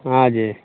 हँ जी